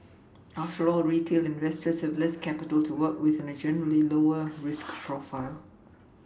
after all retail investors have less capital to work with and a generally lower risk profile